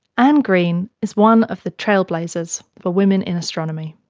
anne green is one of the trailblazers for women in astronomy.